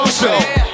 show